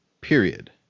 period